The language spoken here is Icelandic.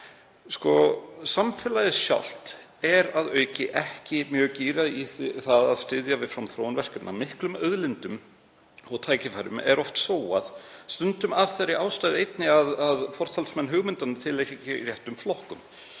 Samfélagið sjálft er að auki ekki mjög gírað í að styðja við framþróun verkefna. Miklum auðlindum og tækifærum er oft sóað, stundum af þeirri ástæðu einni að forsvarsmenn hugmyndanna tilheyra ekki réttum flokkum.